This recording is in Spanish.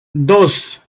dos